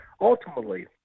ultimately